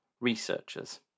researchers